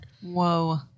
Whoa